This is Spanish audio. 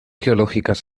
geológicas